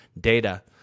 data